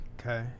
okay